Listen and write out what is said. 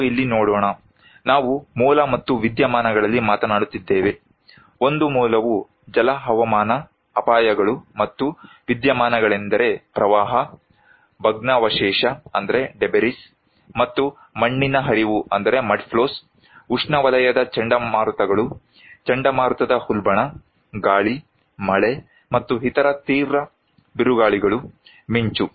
ನಾವು ಇಲ್ಲಿ ನೋಡೋಣ ನಾವು ಮೂಲ ಮತ್ತು ವಿದ್ಯಮಾನಗಳಲ್ಲಿ ಮಾತನಾಡುತ್ತಿದ್ದೇವೆ ಒಂದು ಮೂಲವು ಜಲ ಹವಾಮಾನ ಅಪಾಯಗಳು ಮತ್ತು ವಿದ್ಯಮಾನಗಳೆಂದರೆ ಪ್ರವಾಹ ಭಗ್ನಾವಶೇಷ ಮತ್ತು ಮಣ್ಣಿನ ಹರಿವು ಉಷ್ಣವಲಯದ ಚಂಡಮಾರುತಗಳು ಚಂಡಮಾರುತದ ಉಲ್ಬಣ ಗಾಳಿ ಮಳೆ ಮತ್ತು ಇತರ ತೀವ್ರ ಬಿರುಗಾಳಿಗಳು ಮಿಂಚು